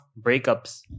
breakups